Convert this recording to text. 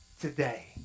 today